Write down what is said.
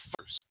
first